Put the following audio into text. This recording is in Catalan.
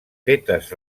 fetes